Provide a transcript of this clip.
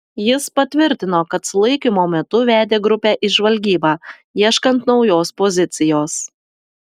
jis patvirtino kad sulaikymo metu vedė grupę į žvalgybą ieškant naujos pozicijos